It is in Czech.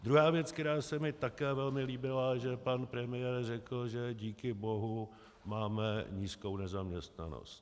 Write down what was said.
Druhá věc, která se mi také velmi líbila, že pan premiér řekl, že díky bohu máme nízkou nezaměstnanost.